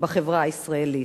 בחברה הישראלית,